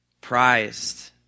Prized